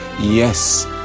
yes